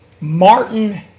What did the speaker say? Martin